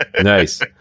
Nice